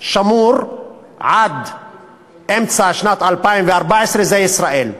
שמור עד אמצע שנת 2014, זה ישראל.